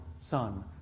Son